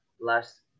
last